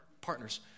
Partners